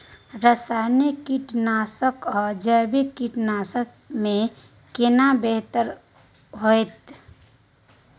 रसायनिक कीटनासक आ जैविक कीटनासक में केना बेहतर होतै?